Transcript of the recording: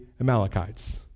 Amalekites